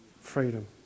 freedom